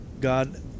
God